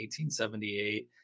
1878